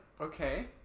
okay